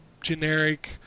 generic